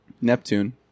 Neptune